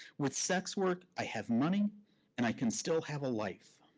with sex work, i have money and i can still have a life.